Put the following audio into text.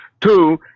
Two